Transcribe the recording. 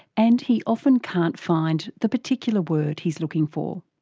and he often can't find the particular word he's looking for.